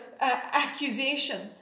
accusation